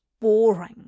boring